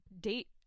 date